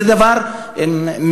זה דבר מבורך,